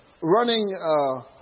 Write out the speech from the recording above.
running